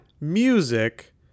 music